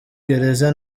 gereza